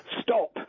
Stop